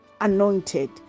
anointed